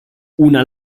una